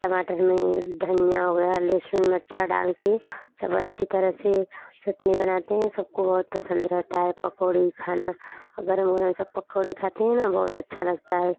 टमाटर में धनिया हो गया लहसुन मिर्चा डाल के सब अच्छी तरह से चटनी बनाते हैं सब को बहुत पसंद रहता है पकौड़ी खाना और गर्म गर्म सब पकौड़े खाते हैं ना बहुत अच्छा लगता है